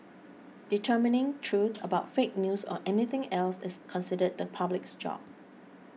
determining truth about fake news or anything else is considered the public's job